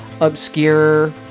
obscure